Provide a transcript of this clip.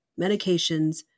medications